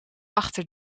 achter